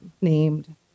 named